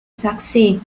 succeed